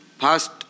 first